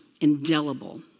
Indelible